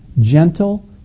gentle